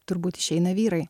turbūt išeina vyrai